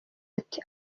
ati